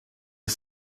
est